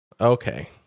Okay